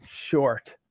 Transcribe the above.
short